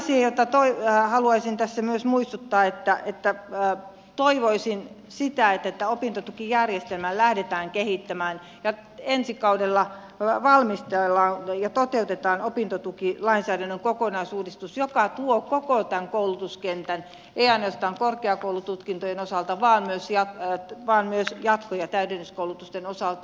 toinen asia josta haluaisin tässä myös muistuttaa on että toivoisin sitä että opintotukijärjestelmää lähdetään kehittämään ja ensi kaudella valmistellaan ja toteutetaan opintotukilainsäädännön kokonaisuudistus joka tuo koko tämän koulutuskentän ei ainoastaan korkeakoulututkintojen osalta vaan myös jatko ja täydennyskoulutusten osalta